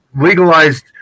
legalized